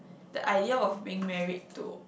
the idea of being married to